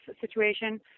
situation